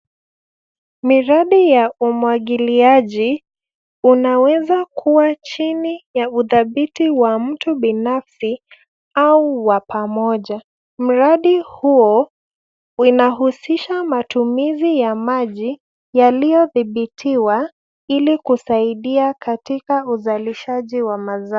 Miradi ya umwagiliaji, unaweza kuwa chini ya udhabiti wa mtu binafsi au wa pamoja. Mradi huo unahusisha matumizi ya maji yaliyodhibitiwa ili kusaidia katika uzalishaji wa mazao.